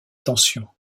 tension